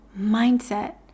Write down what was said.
mindset